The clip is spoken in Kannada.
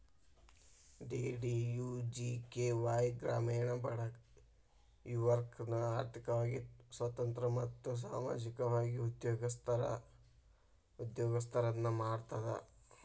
ಡಿ.ಡಿ.ಯು.ಜಿ.ಕೆ.ವಾಯ್ ಗ್ರಾಮೇಣ ಬಡ ಯುವಕರ್ನ ಆರ್ಥಿಕವಾಗಿ ಸ್ವತಂತ್ರ ಮತ್ತು ಸಾಮಾಜಿಕವಾಗಿ ಉದ್ಯೋಗಸ್ತರನ್ನ ಮಾಡ್ತದ